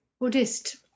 Buddhist